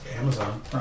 Amazon